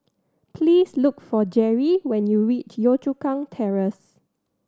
please look for Gerry when you reach Yio Chu Kang Terrace